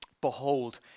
Behold